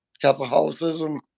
Catholicism